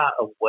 away